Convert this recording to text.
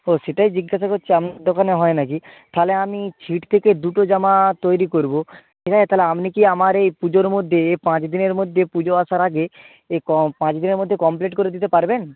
তো সেটাই জিজ্ঞাসা করছি আপনার দোকানে হয় না কি তাহলে আমি ছিট কেটে দুটো জামা তৈরি করবো ঠিক আছে তাহলে আপনি কি আমার এই পুজোর মধ্যে এই পাঁচ দিনের মধ্যে পুজো আসার আগে এই পাঁচ দিনের মধ্যে কমপ্লিট করে দিতে পারবেন